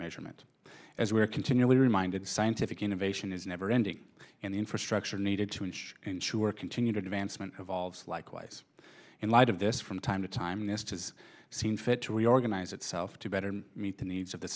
measurement as we are continually reminded scientific innovation is never ending and the infrastructure needed to inch ensure continued advancement evolves like life in light of this from time to time this has seen fit to reorganize itself to better meet the needs of the